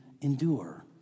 endure